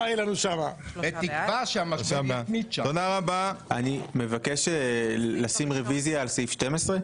בתקווה --- הצבעה בעד ההצעה להעביר את הצעת החוק לוועדה 3